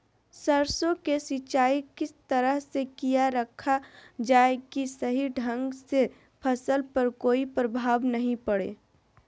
सरसों के सिंचाई किस तरह से किया रखा जाए कि सही ढंग से फसल पर कोई प्रभाव नहीं पड़े?